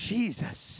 Jesus